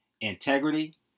integrity